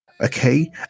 Okay